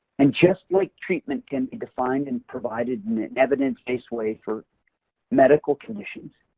and just like treatment can be defined and provided in an evidence base way for medical conditions,